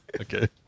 Okay